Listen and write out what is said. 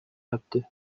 yaptı